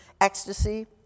ecstasy